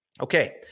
Okay